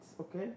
okay